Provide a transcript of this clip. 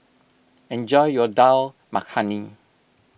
enjoy your Dal Makhani